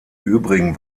übrigen